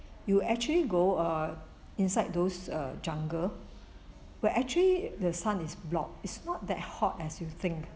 you actually go err inside those uh jungle where actually the sun is block is not that hot as you think